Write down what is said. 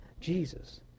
Jesus